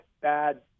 bad